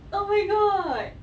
oh my god